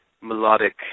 melodic